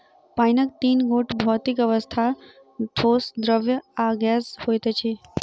पाइनक तीन गोट भौतिक अवस्था, ठोस, द्रव्य आ गैस होइत अछि